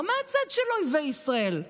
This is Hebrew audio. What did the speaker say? ולא מהצד של אויבי ישראל.